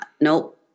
nope